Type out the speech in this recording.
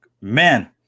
man